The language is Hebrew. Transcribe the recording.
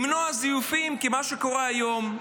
כי מה שקורה היום,